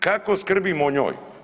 Kako skrbimo o njoj?